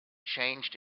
changed